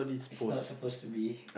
it's not supposed to be